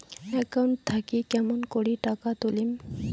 Account থাকি কেমন করি টাকা তুলিম?